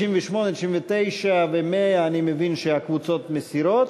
98, 99 ו-100, אני מבין שהקבוצות מסירות.